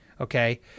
Okay